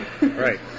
Right